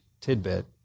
tidbit